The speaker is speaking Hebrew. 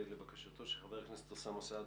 לבקשתו של חבר הכנסת אוסאמה סעדי,